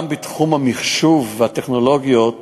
גם בתחום המחשוב והטכנולוגיות